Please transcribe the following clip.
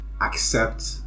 accept